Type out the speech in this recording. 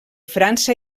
frança